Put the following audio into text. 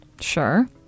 Sure